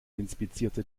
inspizierte